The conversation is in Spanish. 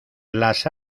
las